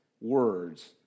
words